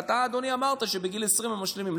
ואתה, אדוני, אמרת שבגיל 20 הם משלימים.